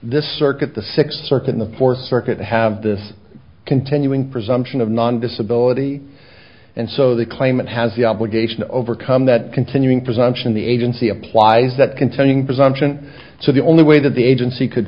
this circuit the sixth circuit in the fourth circuit have this continuing presumption of non disability and so the claimant has the obligation overcome that continuing presumption the agency applies that contending presumption so the only way that the agency could